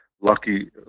Lucky